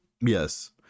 yes